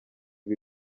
ibi